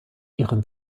ihren